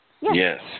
Yes